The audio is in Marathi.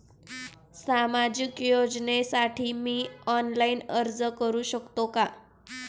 सामाजिक योजनेसाठी मी ऑनलाइन अर्ज करू शकतो का?